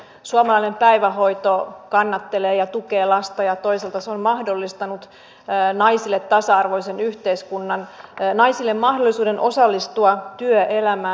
suomalainen päivähoito kannattelee ja tukee lasta ja toisaalta se on mahdollistanut naisille tasa arvoisen yhteiskunnan naisille mahdollisuuden osallistua työelämään